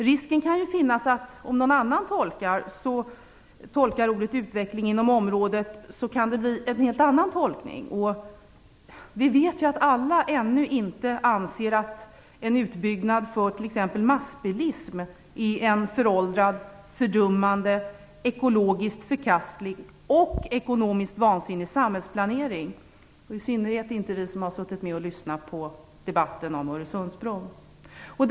Risken finns att andra tolkar ordet utveckling på helt andra sätt. Vi vet ju att alla ännu inte anser att en utbyggnad för t.ex. massbilism är en föråldrad, fördummande, ekologiskt förkastlig och ekonomiskt vansinnig samhällsplanering. I synnerhet vi som har lyssnat på debatten om Öresundsbron vet detta.